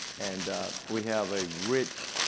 and we have a rich